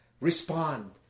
respond